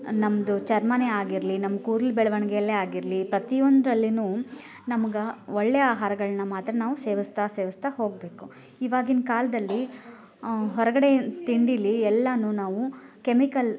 ನಮ್ಮದು ಚರ್ಮನೇ ಆಗಿರಲಿ ನಮ್ಮ ಕೂದ್ಲು ಬೆಳ್ವಣಿಗೆಯಲ್ಲೇ ಆಗಿರಲಿ ಪ್ರತಿಯೊಂದರಲ್ಲಿನು ನಮ್ಗೆ ಒಳ್ಳೆಯ ಆಹಾರಗಳನ್ನ ಮಾತ್ರ ನಾವು ಸೇವಿಸ್ತಾ ಸೇವಿಸ್ತಾ ಹೋಗಬೇಕು ಇವಾಗಿನ ಕಾಲದಲ್ಲಿ ಹೊರಗಡೆ ತಿಂಡಿಲಿ ಎಲ್ಲಾನು ನಾವು ಕೆಮಿಕಲ್